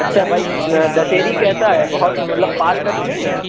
اچّھا بھائى دشہرى كيسا ہے بہت مطلب پال کا تو نہیں ہے